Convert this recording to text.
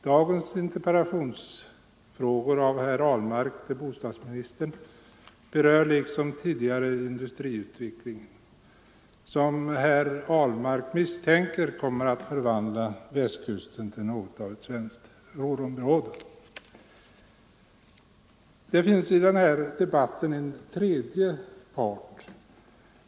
Dagens interpellation av herr Ahlmark till bostadsministern berör liksom hans tidigare frågor industriutvecklingen, som herr Ahlmark misstänker kommer att förvandla Västkusten till något av ett svenskt Ruhrområde. Det finns i den här debatten också en tredje part.